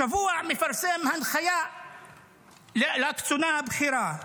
השבוע מפרסם הנחיה לקצונה הבכירה: